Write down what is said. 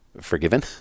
Forgiven